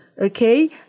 okay